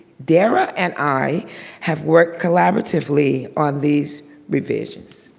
dara and i have worked collaboratively on these revisions.